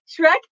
Shrek